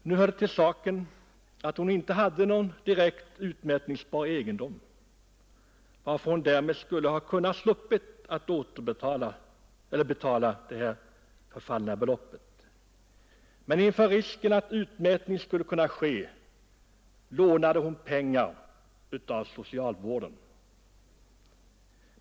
Nu hör det till saken att hon inte hade någon direkt utmätbar egendom, varför hon alltså skulle ha kunnat slippa att betala det förfallna beloppet, men inför risken att utmätning skulle kunna ske lånade hon pengar av socialvården.